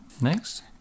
next